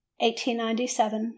1897